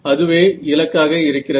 அதுவே இலக்காக இருக்கிறது